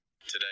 Today